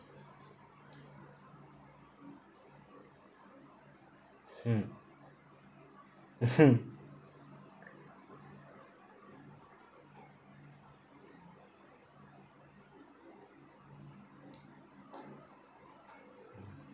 mm mmhmm